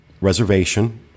reservation